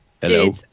Hello